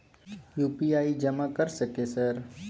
UPI जमा कर सके सर?